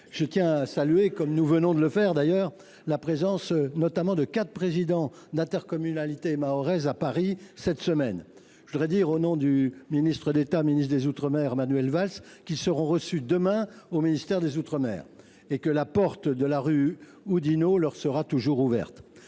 Je tiens à saluer à mon tour la présence de quatre présidents d’intercommunalités mahoraises à Paris cette semaine. Je voudrais leur dire, au nom du ministre d’État, ministre des outre mer, Manuel Valls, qu’ils seront reçus demain au ministère des outre mer et que la porte de la rue Oudinot leur sera toujours ouverte.